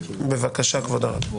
בבקשה, כבוד הרב.